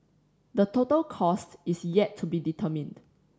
the total cost is yet to be determined